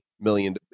million